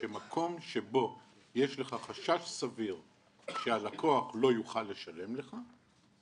שמקום שבו יש לך חשש סביר שהלקוח לא יוכל לשלם לך,